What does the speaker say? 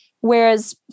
Whereas